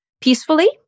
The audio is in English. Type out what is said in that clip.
peacefully